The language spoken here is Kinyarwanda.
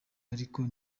ariko